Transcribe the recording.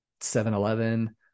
7-Eleven